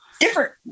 Different